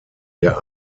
der